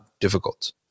difficult